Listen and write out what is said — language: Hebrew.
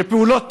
שפעולות טרור,